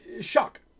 shock